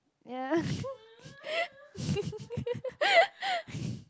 ya